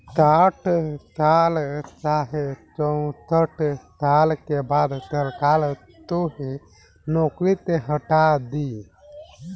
साठ साल चाहे चौसठ साल के बाद सरकार तोके नौकरी से हटा दी